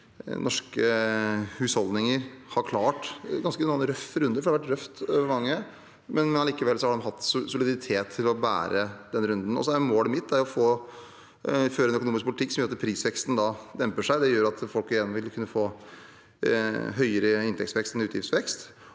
norske husholdninger har klart en ganske røff runde. Det har vært røft for mange, men allikevel har de hatt soliditet til å bære den runden. Målet mitt er å føre en økonomisk politikk som gjør at prisveksten demper seg. Det gjør at folk igjen vil kunne få høyere inntektsvekst enn utgiftsvekst,